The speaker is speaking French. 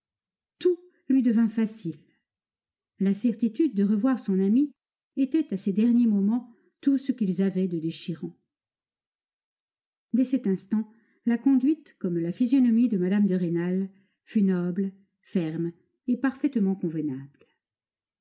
tout lui devint facile la certitude de revoir son ami était à ces derniers moments tout ce qu'ils avaient de déchirant dès cet instant la conduite comme la physionomie de mme de rênal fut noble ferme et parfaitement convenable